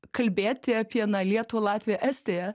kalbėti apie na lietuvą latviją estiją